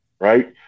right